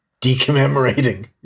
decommemorating